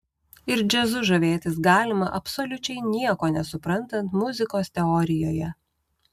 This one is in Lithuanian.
ir džiazu žavėtis galima absoliučiai nieko nesuprantant muzikos teorijoje